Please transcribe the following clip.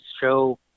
show